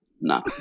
no